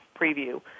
preview